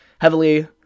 heavily